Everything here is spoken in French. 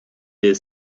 est